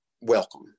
welcome